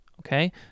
Okay